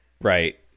Right